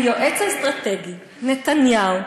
היועץ האסטרטגי נתניהו,